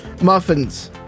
muffins